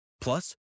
Plus